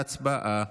הצבעה.